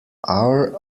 our